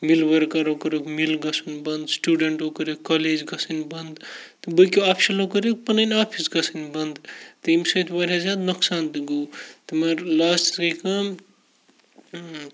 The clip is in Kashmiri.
مِل ؤرکرو کٔرٕکھ مِل گژھُن بنٛد سٕٹوٗڈٮ۪نٛٹو کٔرٕکھ کالیج گژھٕنۍ بنٛد تہٕ باقیو آفشَلو کٔرٕکھ پَنٕنۍ آفِس گژھٕنۍ بَنٛد تہٕ ییٚمہِ سۭتۍ واریاہ زیادٕ نۄقصان تہٕ گوٚو تہٕ مگر لاسٹَس گٔے کٲم